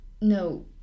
No